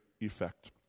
effect